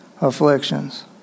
afflictions